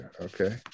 Okay